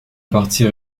partie